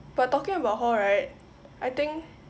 but talking about hall right I think